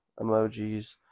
emojis